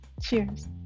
Cheers